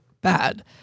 bad